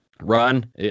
Run